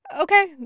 Okay